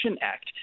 Act